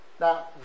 Now